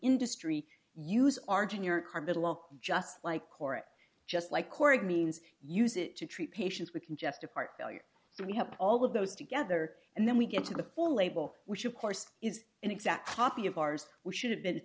industry use our junior card middle just like core it just like core it means use it to treat patients with congestive heart failure so we have all of those together and then we get to the full label which of course is an exact copy of ours we should have been